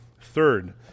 Third